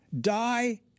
Die